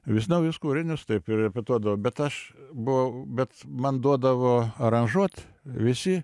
vis naujus kūrinius taip ir repetuodavo bet aš buvau bet man duodavo aranžuot visi